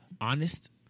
honest